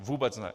Vůbec ne!